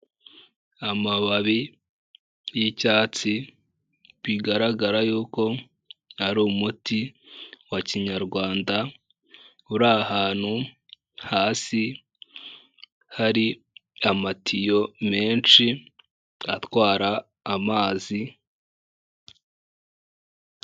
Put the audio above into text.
Amababi y'icyatsi bigaragara yuko ari umuti wa kinyarwanda uri ahantutu hasi, hari amatiyo menshi atwara amazi.